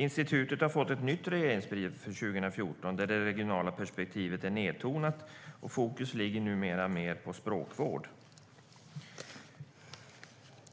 Institutet har fått ett nytt regleringsbrev för 2014, där det regionala perspektivet är nedtonat. Fokus ligger numera på språkvård.